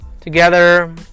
together